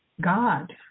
God